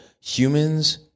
humans